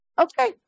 Okay